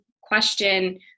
question